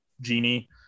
genie